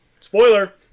Spoiler